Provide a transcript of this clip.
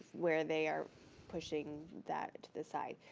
where they are pushing that to decide.